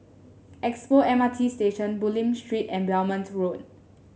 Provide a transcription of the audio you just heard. Expo M R T Station Bulim Street and Belmont Road